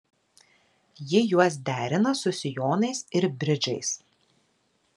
ji juos derina su sijonais ir bridžais